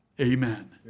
Amen